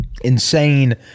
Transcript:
insane